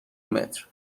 متر